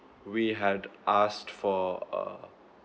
we had asked for a